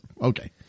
okay